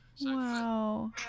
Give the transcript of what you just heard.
Wow